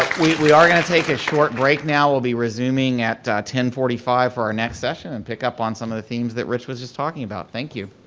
we are going to take a short break now will be resuming at ten forty five for a next session and pick up on some of the things that rich was just talking about, thank you.